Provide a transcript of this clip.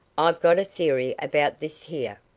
i've got a theory about this here.